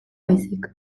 baizik